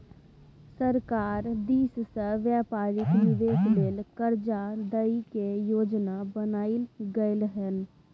सरकार दिश से व्यापारिक निवेश लेल कर्जा दइ के योजना बनाएल गेलइ हन